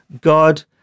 God